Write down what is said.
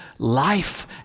life